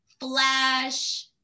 flash